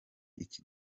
iki